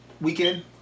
weekend